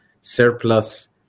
surplus